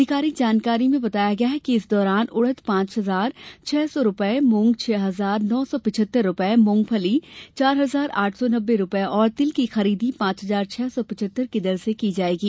अधिकारिक जानकारी में बताया गया है कि इस दौरान उड़द पांच हजार छह सौ रूपये मूंग छह हजार नौ सौ पिचहत्तर रूपये मूंगफली चार हजार आठ सौ नब्बे रूपये और तिल की खरीदी पांच हजार छह सौ पिचहत्तर की दर से की जाएगी